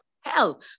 hell